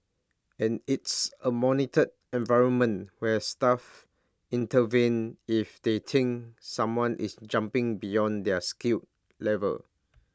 and it's A monitored environment where staff intervene if they think someone is jumping beyond their skill level